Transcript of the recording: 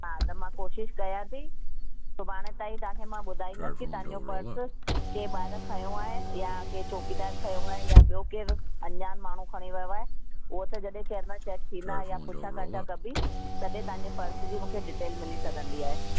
हा त मां कोशिशि कया थी सुभाणे ताईं तव्हां मां ॿुधाईंदसि की तव्हांजो पर्स कंहिं ॿार खयों आहे या कंहिं चौकीदार खयों आहे या ॿियो केर अनजान माण्हू खणी वियो आहे हूअ त जॾहिं कैमरा चैक थींदा या पुछा काछा कबी तॾहिं तव्हांजे पर्स जी मूंखे डिटेल मिली सघंदी आहे